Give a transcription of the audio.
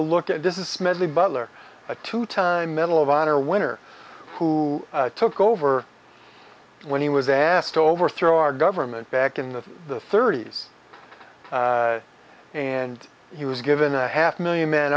a look at this is smedley butler a two time medal of honor winner who took over when he was asked to overthrow our government back in the thirty's and he was given a half million man